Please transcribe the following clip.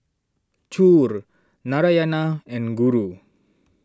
Choor Narayana and Guru